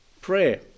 prayer